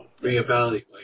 reevaluate